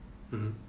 mmhmm